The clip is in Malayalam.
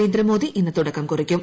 നരേന്ദ്രമോദി ഇന്ന് തുടക്കം കുറിക്കും